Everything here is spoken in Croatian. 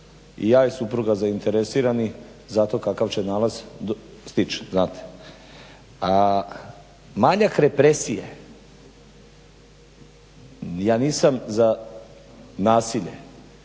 i ja i supruga zainteresirani zato kakav će nalaz stići, a manjak represije ja nisam za nasilje